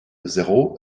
zéro